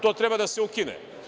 To treba da se ukine.